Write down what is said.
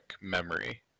memory